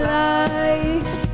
life